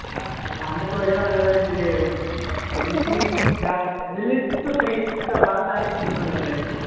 जा हमें तो ऐसा लग रहा जी यह बिलीचिंग जा बिलीच तो सही है का बाल दाड़ी का कितना लग रहा इसमें